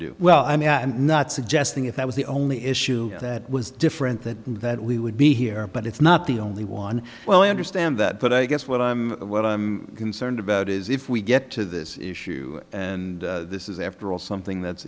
do well i mean i'm not suggesting if that was the only issue that was different that that we would be here but it's not the only one well i understand that but i guess what i'm what i'm concerned about is if we get to this issue and this is after all something that's